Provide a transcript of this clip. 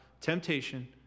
temptation